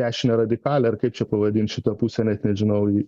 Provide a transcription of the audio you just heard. dešinę radikalią ar kaip čia pavadint šitą pusę net nežinau į